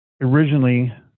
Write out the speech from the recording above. originally